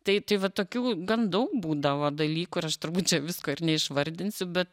tai tai va tokių gan daug būdavo dalykų ir aš turbūt čia visko ir neišvardinsiu bet